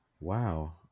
Wow